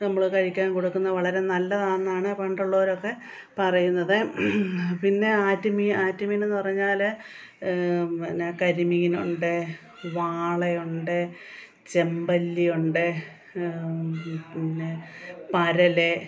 നമ്മൾ കഴിക്കാൻ കൊടുക്കുന്ന വളരെ നല്ലതാണെന്നാണ് പണ്ടുള്ളവരൊക്കെ പറയുന്നത് പിന്നെ ആറ്റു മീൻ ആറ്റു മീനെന്നു പറഞ്ഞാൽ എന്ന കരി മീനുണ്ട് വാളയുണ്ട് ചെമ്പല്ലിയുണ്ട് പിന്നെ പരല്